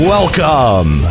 Welcome